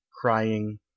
crying